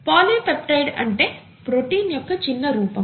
polypeptide అంటే protein యొక్క చిన్న రూపం